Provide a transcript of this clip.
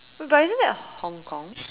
but isn't that Hong-Kong